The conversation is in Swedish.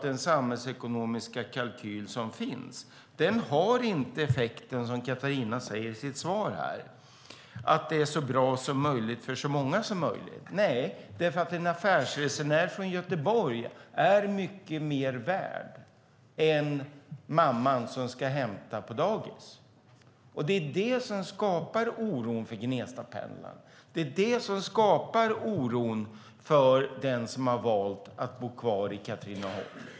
Den samhällsekonomiska kalkylen har inte den effekt som Catharina sade i sitt svar, nämligen att det är så bra som möjligt för så många som möjligt. Nej, för en affärsresenär från Göteborg är mycket mer värd än mamman som ska hämta på dagis. Det är det som skapar oron för Gnestapendlaren. Det är det som skapar oron för den som har valt att bo kvar i Katrineholm.